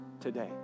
today